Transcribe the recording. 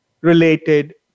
related